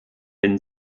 den